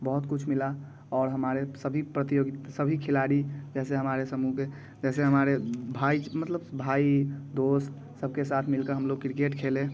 बहुत कुछ मिला और हमारे सभी प्रतियोगी सभी खिलाड़ी जैसे हमारे समूह के जैसे हमारे भाई मतलब भाई दोस्त सब के साथ मिलकर हम लोग किरकेट खेले